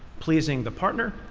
pleasing the partner?